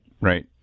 Right